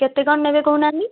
କେତେ କଣ ନେବେ କହୁନାହାନ୍ତି